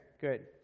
good